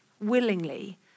willingly